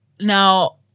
now